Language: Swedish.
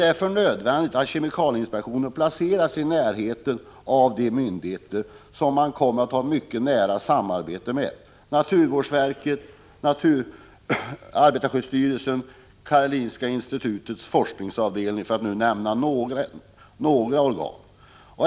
1985/86:44 måste alltså placeras i närheten av de myndigheter och organ som man 4december 1985 << kommer att ha mycket nära samarbete med — naturvårdsverket, arbetar To rm os oc or skyddsstyrelsen, Karolinska institutets forskningsavdelning, för att nämna några.